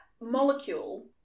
molecule